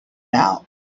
now